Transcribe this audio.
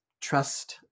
trust